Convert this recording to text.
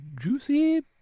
juicy